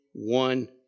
one